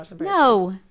No